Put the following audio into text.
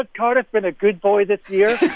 ah cardiff been a good boy this year?